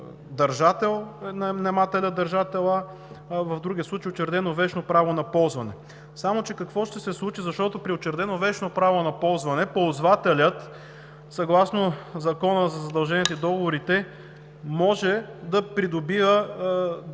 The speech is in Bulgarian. държател – наемателят, държателят, а в другия случай е учредено вещно право на ползване. Само че какво ще се случи, защото при учредено вещно право на ползване ползвателят съгласно Закона за задълженията и договорите може да добива ползите